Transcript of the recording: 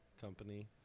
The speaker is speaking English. company